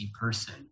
person